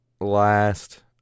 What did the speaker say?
last